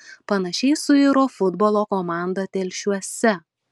panašiai suiro futbolo komanda telšiuose